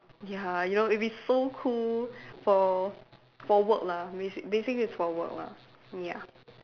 ya you know if it so cool for for work lah basic basically its for work lah ya